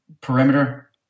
perimeter